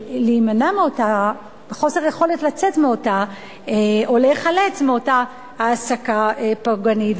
יכולת לצאת או להיחלץ מאותה העסקה פוגענית.